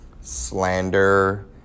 slander